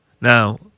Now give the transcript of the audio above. Now